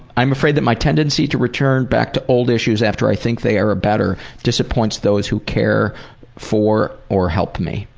i'm afraid that my tendency to return back to old issues after i think they are ah better disappoints those who care for or help me.